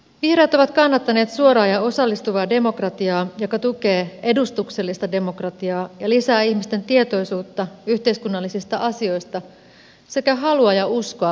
vihreät ovat kannattaneet suoraa ja osallistuvaa demokratiaa joka tukee edustuksellista demokratiaa ja lisää ihmisten tietoisuutta yhteiskunnallisista asioista sekä halua ja uskoa vaikuttaa niihin